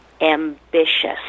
ambitious